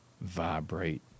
vibrate